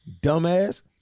dumbass